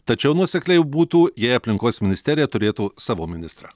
tačiau nuosekliau būtų jei aplinkos ministerija turėtų savo ministrą